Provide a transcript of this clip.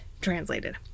translated